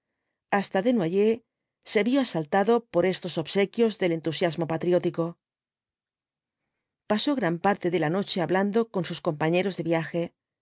hasta desnoyers se vio asaltado por estos obsequios del entusiasmo patriótico pasó gran parte de la noche hablando con sus compañeros de viaje